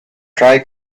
dry